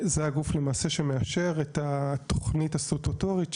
זה הגוף למעשה שמאשר את התוכנית הסטטוטורית,